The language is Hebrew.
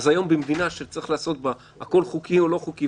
אז היום במדינה שצריך לעשות בה הכול חוקי או לא חוקי,